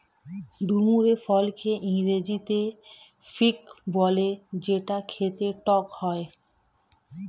ডুমুর ফলকে ইংরেজিতে ফিগ বলে যেটা খেতে টক হয়